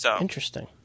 Interesting